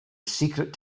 secret